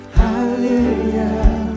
hallelujah